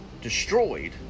destroyed